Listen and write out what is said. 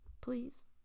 please